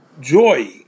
joy